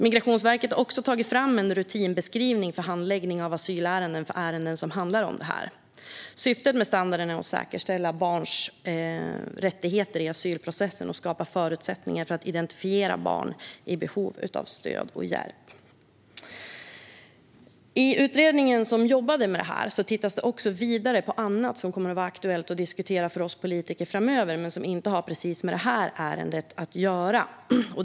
Migrationsverket har tagit fram en rutinbeskrivning för handläggning av asylärenden som handlar om detta. Syftet med standarden är att säkerställa barns rättigheter i asylprocessen och att skapa förutsättningar för att identifiera barn i behov av stöd och hjälp. I den utredning som jobbade med detta tittas också vidare på annat som kommer att vara aktuellt för oss politiker att diskutera framöver men som inte har precis med detta ärende att göra.